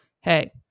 hey